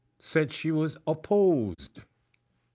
said she was opposed